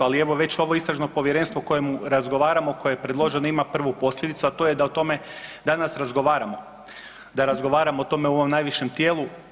Ali evo već ovo istražno povjerenstvo o kojem razgovaramo, koje je predloženo ima prvu posljedicu a to je da o tome danas razgovaramo, da o tome razgovaramo u ovom najvišem tijelu.